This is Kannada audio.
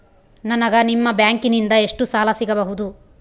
ನನಗ ನಿಮ್ಮ ಬ್ಯಾಂಕಿನಿಂದ ಎಷ್ಟು ಸಾಲ ಸಿಗಬಹುದು?